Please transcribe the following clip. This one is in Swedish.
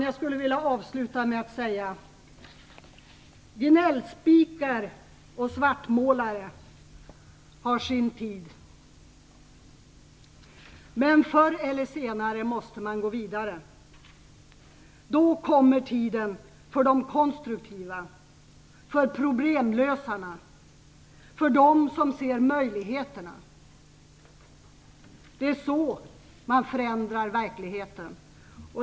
Jag skulle vilja avsluta med att säga: Gnällspikar och svartmålare har sin tid, men förr eller senare måste man gå vidare. Då kommer tiden för de konstruktiva, för problemlösarna, för dem som ser möjligheterna. Det är så man förändrar verkligheten.